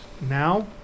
now